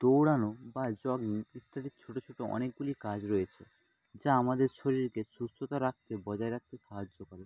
দৌড়ানো বা জগিং ইত্যাদি ছোটো ছোটো অনেকগুলি কাজ রয়েছে যা আমাদের শরীরকে সুস্থতা রাখতে বজায় রাখতে সাহায্য করে